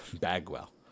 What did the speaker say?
Bagwell